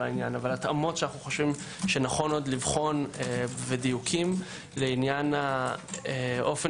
התאמות שאנו חושבים שנכון עוד לבחון ודיוקים לעניין האופן